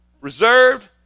reserved